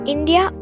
India